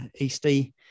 Eastie